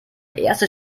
erste